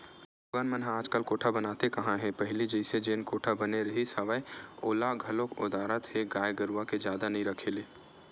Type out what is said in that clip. लोगन मन ह आजकल कोठा बनाते काँहा हे पहिली जइसे जेन कोठा बने रिहिस हवय ओला घलोक ओदरात हे गाय गरुवा के जादा नइ रखे ले